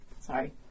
Sorry